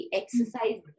exercise